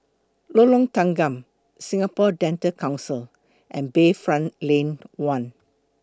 Lorong Tanggam Singapore Dental Council and Bayfront Lane one